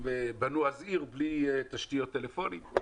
וגם בנו עיר בלי תשתית טלפונית.